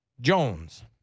Jones